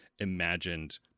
imagined